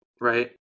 right